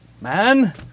man